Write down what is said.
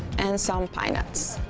and some pine nuts.